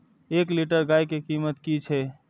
एक लीटर गाय के कीमत कि छै?